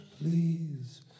Please